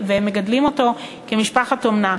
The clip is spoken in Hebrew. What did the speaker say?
והם מגדלים אותו כמשפחת אומנה.